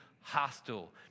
hostile